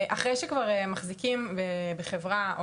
אחרי שכבר מחזיקים בחברה,